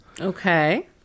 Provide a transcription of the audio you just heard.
Okay